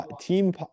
team